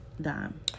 dime